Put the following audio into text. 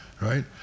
right